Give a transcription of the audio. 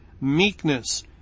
meekness